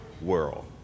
world